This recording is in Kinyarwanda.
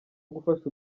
gufasha